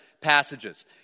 passages